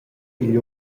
igl